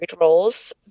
roles